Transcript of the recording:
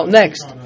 next